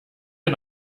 wir